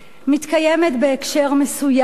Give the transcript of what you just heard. מתקיימת בהקשר מסוים,